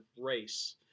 race